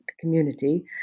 community